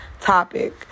topic